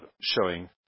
showing